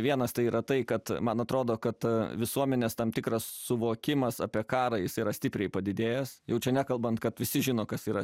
vienas tai yra tai kad man atrodo kad visuomenės tam tikras suvokimas apie karą jisai yra stipriai padidėjęs jau čia nekalbant kad visi žino kas yra